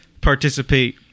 participate